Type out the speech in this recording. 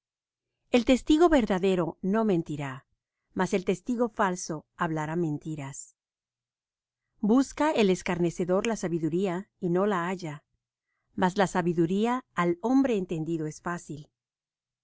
el testigo verdadero no mentirá mas el testigo falso hablará mentiras busca el escarnecedor la sabiduría y no la halla mas la sabiduría al hombre entendido es fácil